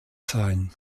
sein